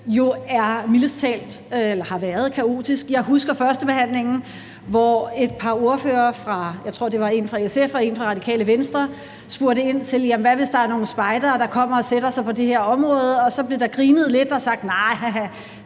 siger, mildest talt har været kaotisk. Jeg husker førstebehandlingen, hvor et par ordførere – jeg tror, det var en fra SF og en fra Radikale Venstre – spurgte ind til: Hvad hvis der er nogle spejdere, der kommer og sætter sig på det her område? Så blev der grinet lidt og sagt, at nej,